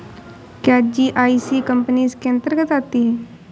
क्या GIC company इसके अन्तर्गत आती है?